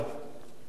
תודה רבה.